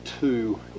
two